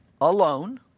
alone